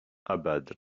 abad